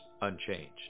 unchanged